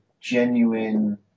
genuine